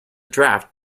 draft